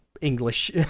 English